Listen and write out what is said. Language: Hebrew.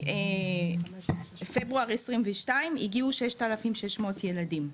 מפברואר 2022 הגיעו 6,600 ילדים.